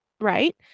right